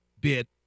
bit